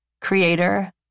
Creator